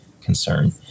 concern